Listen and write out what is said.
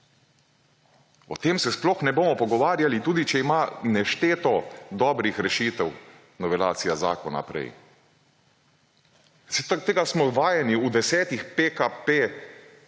O tem se sploh ne bomo pogovarjali, tudi če ima nešteto dobrih rešitev novelacija zakona prej. Saj tega smo vajeni v desetih PKP